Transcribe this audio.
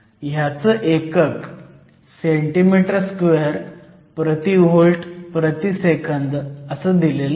ह्याचं एकक cm2 V 1 s 1 आहे